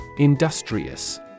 Industrious